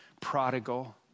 prodigal